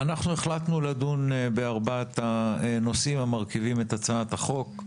החלטנו לדון בארבעת הנושאים המרכיבים את הצעת החוק.